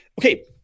Okay